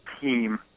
team